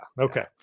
Okay